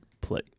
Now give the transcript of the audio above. play